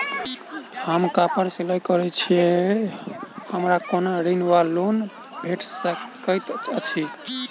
हम कापड़ सिलाई करै छीयै हमरा कोनो ऋण वा लोन भेट सकैत अछि?